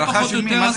זה פחות או יותר ההערכה.